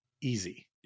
easy